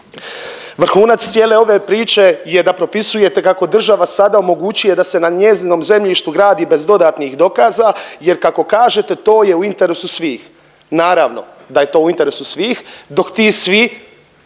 Vrhunac cijele ove priče je da propisujete kako država sada omogućuje da se na njezinom zemljištu gradi bez dodatnih dokaza jer kako kažete to je u interesu svih. Naravno da je to u interesu svih dok ti svi